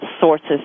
sources